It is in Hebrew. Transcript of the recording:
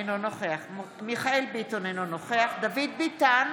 נחיל את חוק הפיקוח על הילדים האלה?